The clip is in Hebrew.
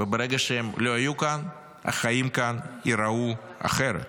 וברגע שהם לא יהיו כאן, החיים כאן ייראו אחרת,